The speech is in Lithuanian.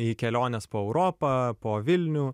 į keliones po europą po vilnių